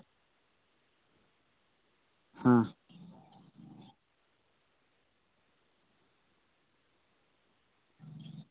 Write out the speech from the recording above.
ᱦᱮᱸ